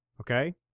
okay